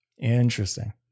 Interesting